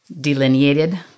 delineated